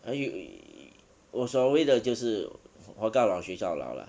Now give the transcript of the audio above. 所以我所谓的就是活到老学到老啦